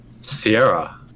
Sierra